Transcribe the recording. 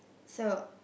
so